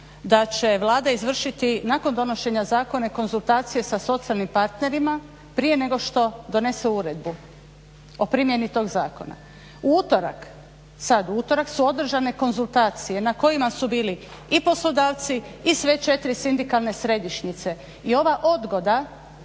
da će Vlada izvršiti nakon donošenja zakona konzultacije sa socijalnim parterima prije nego što donese uredbu o primjeni tog zakona. U utorak, sad u utorak su održane konzultacije na kojima su bili i poslodavci i sve četiri sindikalne središnjice i ova odgoda